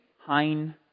Hein